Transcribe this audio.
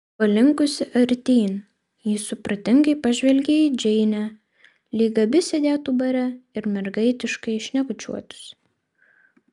palinkusi artyn ji supratingai pažvelgė į džeinę lyg abi sėdėtų bare ir mergaitiškai šnekučiuotųsi